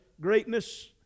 greatness